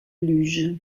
luge